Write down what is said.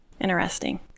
Interesting